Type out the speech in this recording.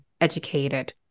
educated